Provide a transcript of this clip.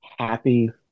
Happy